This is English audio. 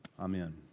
Amen